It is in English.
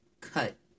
cut